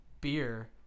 beer